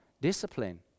discipline